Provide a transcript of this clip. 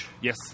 Yes